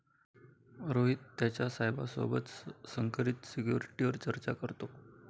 रोहित त्याच्या साहेबा सोबत संकरित सिक्युरिटीवर चर्चा करतो